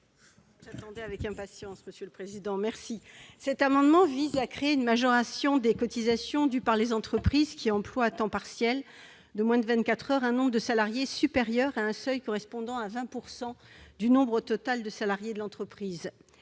libellé : La parole est à Mme Laurence Cohen. Cet amendement vise à créer une majoration des cotisations dues par les entreprises qui emploient à temps partiel, de moins de vingt-quatre heures, un nombre de salariés supérieur à un seuil correspondant à 20 % du nombre total de salariés de l'entreprise.